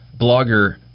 blogger